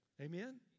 Amen